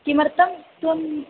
किमर्थं त्वम्